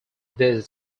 this